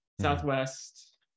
Southwest